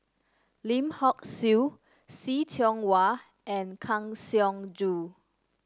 Lim Hock Siew See Tiong Wah and Kang Siong Joo